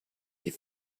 wie